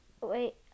Wait